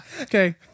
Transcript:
okay